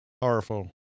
Powerful